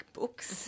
books